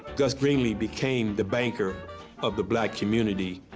gus greenlee became the banker of the black community.